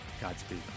Godspeed